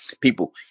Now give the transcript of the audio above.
People